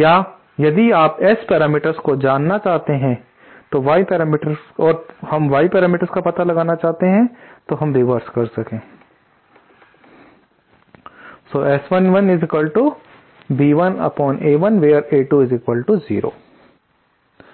या यदि आप S पैरामीटर्स को जानना चाहते हैं और हम Y पैरामीटर्स का पता लगाना चाहते हैं तो हम रिवर्स कर सकते हैं